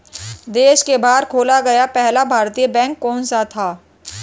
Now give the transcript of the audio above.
देश के बाहर खोला गया पहला भारतीय बैंक कौन सा था?